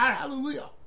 hallelujah